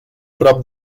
prop